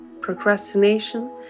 procrastination